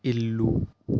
ఇల్లు